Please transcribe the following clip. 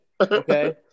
Okay